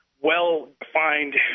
well-defined